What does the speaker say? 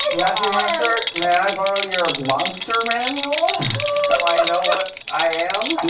matthew mercer, may i borrow your monster manual so i know what i am?